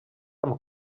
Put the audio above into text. amb